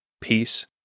peace